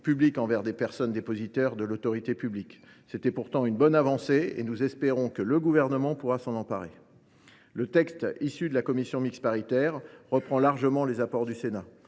publiques envers des personnes dépositaires de l’autorité publique. C’était pourtant une bonne avancée. Nous espérons que le Gouvernement pourra s’en emparer. Le texte issu des travaux de la commission mixte paritaire reprend largement les apports du Sénat.